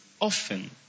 often